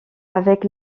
avec